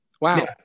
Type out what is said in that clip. Wow